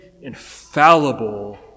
infallible